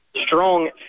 strong